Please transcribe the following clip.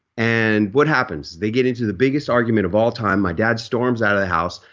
and what happens, they get into the biggest argument of all time, my dad storms out of the house.